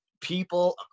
people